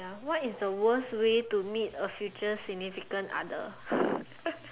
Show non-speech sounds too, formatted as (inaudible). ya what is the worst way to meet a future significant other (laughs)